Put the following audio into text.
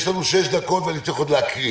יש לנו שש דקות ואני צריך עוד להקריא.